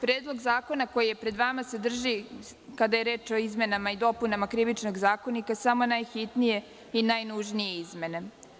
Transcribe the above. Predlog zakona koji je pred vama sadrži, kada je reč o izmenama i dopunama Krivičnog zakonika samo najhitnije i najnužnije izmene.